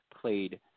played